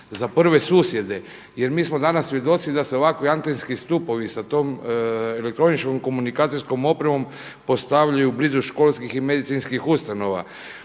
za prve susjede, jer mi smo danas svjedoci da se ovakvi antenski stupovi sa tom elektroničkom komunikacijskom opremom postavljaju blizu školskih i medicinskih ustanova,